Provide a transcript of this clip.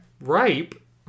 Ripe